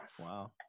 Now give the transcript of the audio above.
Wow